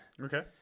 Okay